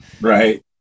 Right